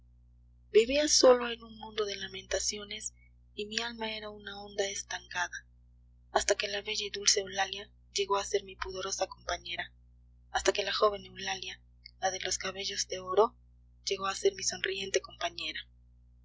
vivía sólo en un mundo de lamentaciones y mi alma era una onda estancada hasta que la bella y dulce eulalia llegó a ser mi pudorosa compañera hasta que la joven eulalia la de los cabellos de oro llegó a ser mi sonriente compañera